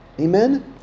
Amen